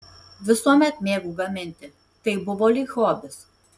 visuomet mėgau gaminti tai buvo lyg hobis